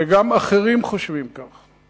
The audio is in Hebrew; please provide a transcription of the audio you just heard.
וגם אחרים חושבים כך.